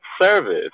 service